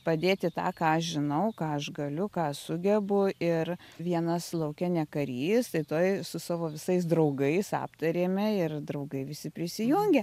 padėti tą ką aš žinau ką aš galiu ką sugebu ir vienas lauke ne karys tai tuoj su savo visais draugais aptarėme ir draugai visi prisijungė